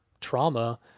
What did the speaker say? trauma